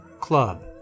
club